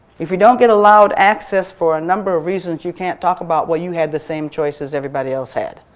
if you don't get allowed access for a number of reasons, you can't talk about what you had the same choice as everybody else had,